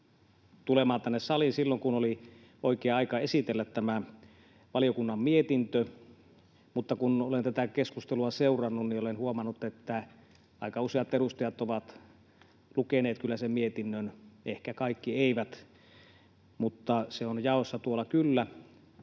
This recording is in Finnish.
tulemaan tänne saliin silloin, kun oli oikea aika esitellä tämä valiokunnan mietintö, mutta kun olen tätä keskustelua seurannut, olen huomannut, että aika useat edustajat ovat kyllä lukeneet sen mietinnön — ehkä kaikki eivät, mutta se on kyllä tuolla jaossa.